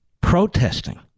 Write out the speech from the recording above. Protesting